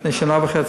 לפני שנה,